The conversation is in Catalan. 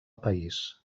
país